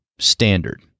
Standard